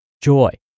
joy